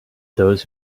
those